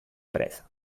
presa